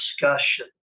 discussion